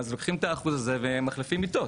אז לוקחים את האחוז הזה ומחליפים מיטות